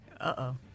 Uh-oh